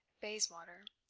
bayswater.